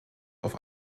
auf